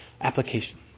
application